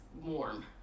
warm